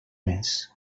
més